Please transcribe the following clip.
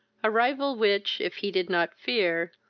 a rival, which, if he did not fear,